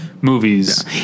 movies